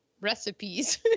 recipes